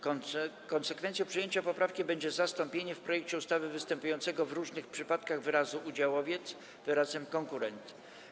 Konsekwencją przyjęcia poprawki będzie zastąpienie w projekcie ustawy występującego w różnych przypadkach wyrazu „udziałowiec” wyrazem „prokurent”